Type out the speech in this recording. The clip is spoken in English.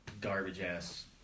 garbage-ass